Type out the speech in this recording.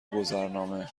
گذرنامه